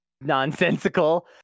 nonsensical